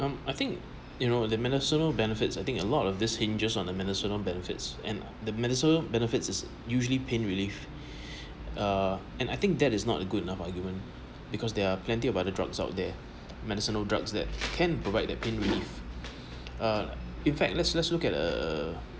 um I think you know the medicinal benefits I think a lot of this hinges on the medicinal benefits and the medical benefits is usually pain relief uh and I think that is not a good enough argument because there are plenty of other drugs out there medicinal drugs that can provide that pain relief uh in fact let's let's look at a